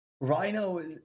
Rhino